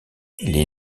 les